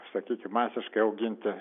sakykim masiškai auginti